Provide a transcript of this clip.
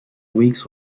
weeks